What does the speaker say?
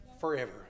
forever